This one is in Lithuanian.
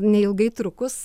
neilgai trukus